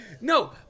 no